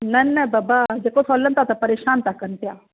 न न बाबा जेको हलनि था त परेशान था कनि पिया